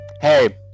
hey